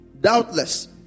Doubtless